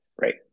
Right